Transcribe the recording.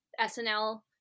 SNL